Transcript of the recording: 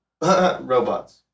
robots